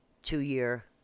Two-year